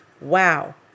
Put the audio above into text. wow